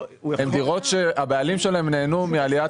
הן דירות שהבעלים שלהן נהנו מעליית